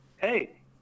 hey